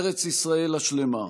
ארץ ישראל השלמה,